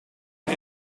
nog